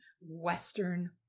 Western